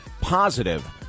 positive